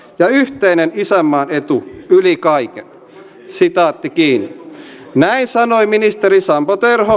ja yhteinen isänmaan etu yli kaiken näin sanoi ministeri sampo terho